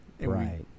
right